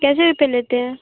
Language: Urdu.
کیسے روپے لیتے ہیں